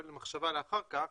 אז למחשבה אחר כך